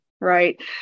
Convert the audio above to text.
right